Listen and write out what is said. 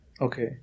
Okay